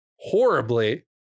horribly